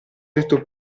detto